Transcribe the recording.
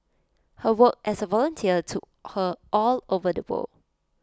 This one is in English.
her work as A volunteer took her all over the world